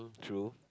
true